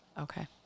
Okay